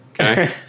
Okay